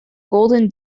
golden